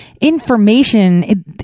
Information